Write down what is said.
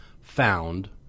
found